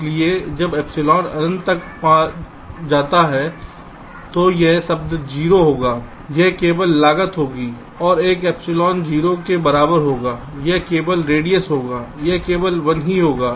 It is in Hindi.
इसलिए जब एप्सिलॉन अनंत तक जाता है तो यह शब्द 0 होगा यह केवल लागत होगी और एक एप्सिलॉन 0 के बराबर होगा यह केवल रेडियस होगा यह केवल 1 ही होगा